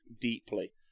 deeply